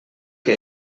que